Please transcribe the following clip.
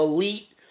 Elite